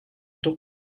tuk